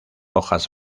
hojas